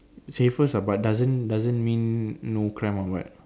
safest ah but doesn't doesn't mean no crime or what